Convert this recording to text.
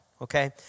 okay